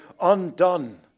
undone